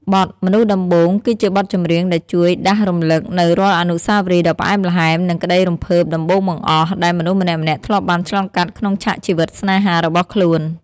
បទ "មនុស្សដំបូង" គឺជាបទចម្រៀងដែលជួយដាស់រំលឹកនូវរាល់អនុស្សាវរីយ៍ដ៏ផ្អែមល្ហែម និងក្តីរំភើបដំបូងបង្អស់ ដែលមនុស្សម្នាក់ៗធ្លាប់បានឆ្លងកាត់ក្នុងឆាកជីវិតស្នេហារបស់ខ្លួន។